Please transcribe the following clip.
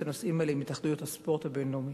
הנושאים האלה עם התאחדויות הספורט הבין-לאומיות.